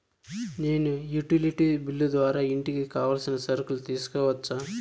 నేను utility bill ద్వారా ఇంటికి కావాల్సిన సరుకులు తీసుకోవచ్చా?